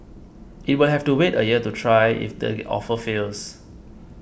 it will have to wait a year to try if the offer fails